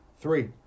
Three